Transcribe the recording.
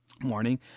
morning